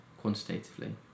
quantitatively